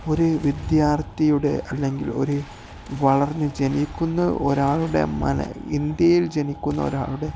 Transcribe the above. ഒരു വിദ്യാർത്ഥിയുടെ അല്ലെങ്കിൽ ഒരു വളർന്ന് ജനിക്കുന്ന ഒരാളുടെ ഇന്ത്യയിൽ ജനിക്കുന്ന ഒരാളുടെ